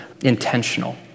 intentional